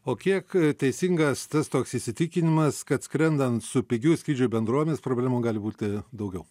o kiek teisingas tas toks įsitikinimas kad skrendant su pigių skrydžių bendrovėmis problemų gali būti daugiau